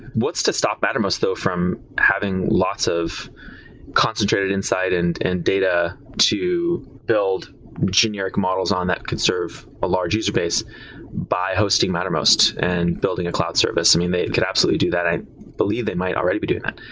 what's to stop mattermost though from having lots of concentrated inside and and data to build generic models on that could serve a large space by hosting mattermost and building a cloud service. i mean, they can absolutely do that. i believe they might already be doing that.